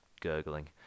gurgling